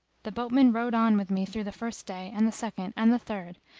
the boatman rowed on with me through the first day and the second and the third,